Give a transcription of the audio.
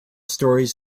stories